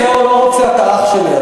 אתה רוצה או לא רוצה אתה אח שלי.